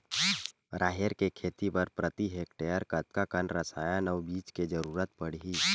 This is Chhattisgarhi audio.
राहेर के खेती बर प्रति हेक्टेयर कतका कन रसायन अउ बीज के जरूरत पड़ही?